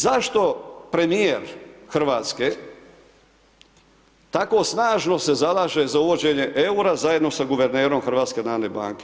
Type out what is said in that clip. Zašto premjer Hrvatske, tako snažno se zalaže za uvođenje eura, zajedno sa guvernerom HNB?